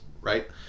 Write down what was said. right